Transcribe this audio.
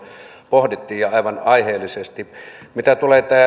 pohdittiin ja aivan aiheellisesti mitä tulee